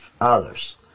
others